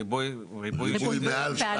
ריבוי מעל שתיים.